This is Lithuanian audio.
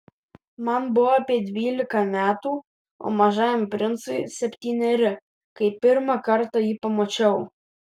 man buvo apie dvylika metų o mažajam princui septyneri kai pirmą kartą jį pamačiau